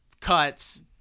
cuts